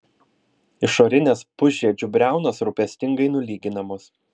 išorinės pusžiedžių briaunos rūpestingai nulyginamos